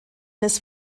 des